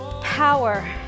power